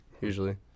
usually